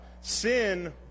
sin